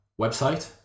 website